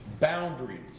boundaries